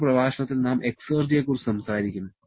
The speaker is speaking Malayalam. അടുത്ത പ്രഭാഷണത്തിൽ നാം എക്സ്ർജിയെ കുറിച്ച് സംസാരിക്കും